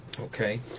okay